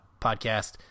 Podcast